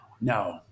No